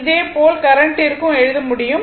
அதேபோல் கரண்ட்டிற்கு எழுத முடியும்